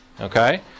Okay